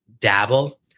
dabble